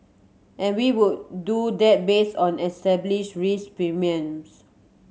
and we would do that based on established risk premiums